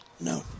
No